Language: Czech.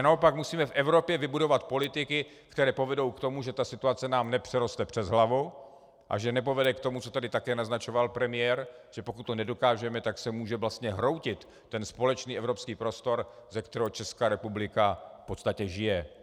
Naopak musíme v Evropě vybudovat politiky, které povedou k tomu, že situace nám nepřeroste přes hlavu a nepovede k tomu, co tady také naznačoval premiér, že pokud to nedokážeme, tak se může vlastně hroutit společný evropský prostor, ze kterého Česká republika v podstatě žije.